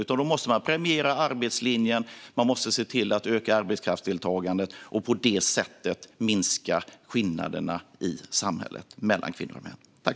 Man måste premiera arbetslinjen och se till att öka arbetskraftsdeltagandet och på det sättet minska skillnaderna i samhället mellan kvinnor och män.